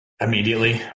Immediately